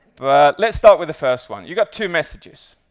but let's start with the first one. you've got two messages.